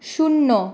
শূন্য